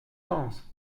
sens